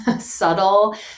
subtle